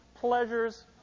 pleasures